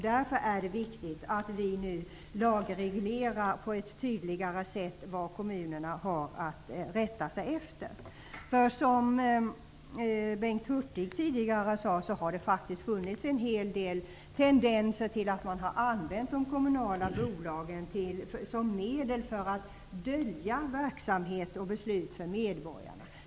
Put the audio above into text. Därför är det viktigt att vi nu lagreglerar på ett tydligare sätt vad kommunerna har att rätta sig efter. Som Bengt Hurtig tidigare sade har det faktiskt funnits en hel del tendenser till att de kommunala bolagen använts som medel för att dölja verksamheter och beslut för medborgarna.